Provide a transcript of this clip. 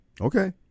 Okay